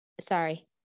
Sorry